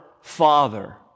Father